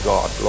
God